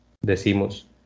Decimos